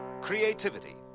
Creativity